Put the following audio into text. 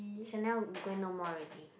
Chanel going no more already